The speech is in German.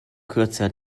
kürzer